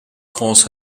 cause